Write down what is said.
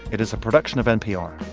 it is a production of npr